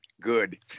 good